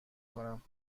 کنم